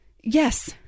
yes